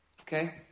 Okay